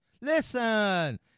Listen